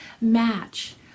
match